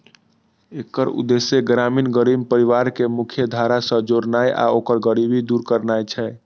एकर उद्देश्य ग्रामीण गरीब परिवार कें मुख्यधारा सं जोड़नाय आ ओकर गरीबी दूर करनाय छै